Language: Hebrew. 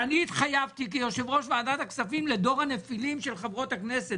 כשאני התחייבתי כיושב-ראש ועדת הכספים לדור הנפילות של חברות הכנסת,